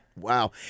Wow